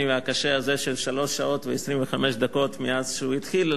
והקשה" הזה של שלוש שעות ו-25 דקות מאז התחיל.